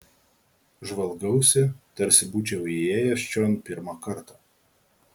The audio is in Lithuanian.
žvalgausi tarsi būčiau įėjęs čion pirmą kartą